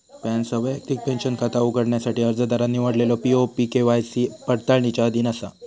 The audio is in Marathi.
पॅनसह वैयक्तिक पेंशन खाता उघडण्यासाठी अर्जदारान निवडलेलो पी.ओ.पी के.वाय.सी पडताळणीच्या अधीन असा